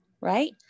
right